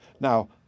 Now